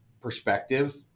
perspective